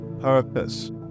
purpose